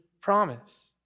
promise